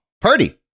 Party